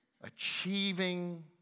achieving